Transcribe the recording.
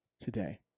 today